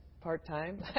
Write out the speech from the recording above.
part-time